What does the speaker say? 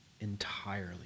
entirely